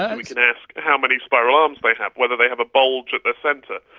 um we can ask how many spiral arms they have, whether they have a bulge at the centre,